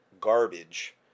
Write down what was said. garbage